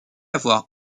avoir